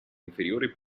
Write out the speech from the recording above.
inferiore